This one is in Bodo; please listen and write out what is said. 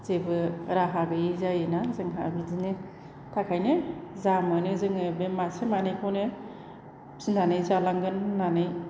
जेबो राहा गैयि जायो जोंहा बिदिनो थाखायनो जा मोनो जोङो बे मासे मानैखौनो फिनानै जालांगोन होननानै